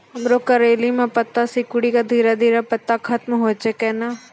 मरो करैली म पत्ता सिकुड़ी के धीरे धीरे पत्ता खत्म होय छै कैनै?